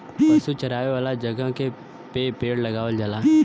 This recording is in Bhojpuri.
पशु चरावे वाला जगह पे पेड़ लगावल जाला